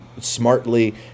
smartly